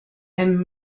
and